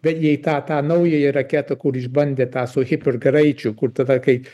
bet jei tą tą naująją raketą kur išbandė tą su hiper greičiu kur tada kai